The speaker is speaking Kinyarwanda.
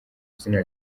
izina